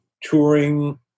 touring